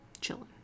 Chilling